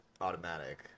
automatic